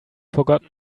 forgotten